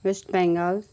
West Bengal